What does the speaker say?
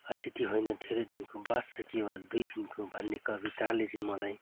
अतिथि होइन धेरै दिनको बास छ केवल दुई दिनको भन्ने कविताले चाहिँ मलाई